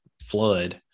flood